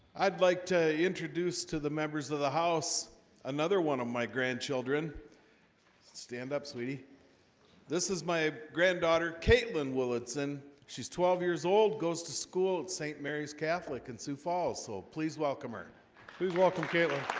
i'd like to introduce to the of the the house another one of my grandchildren stand up, sweetie this is my granddaughter kaitlyn willits, and she's twelve years old goes to school at st. mary's catholic and sioux falls, so please welcome her please welcome kaitlyn